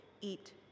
eat